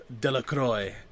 Delacroix